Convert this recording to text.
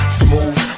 smooth